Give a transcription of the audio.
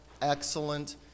excellent